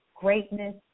greatness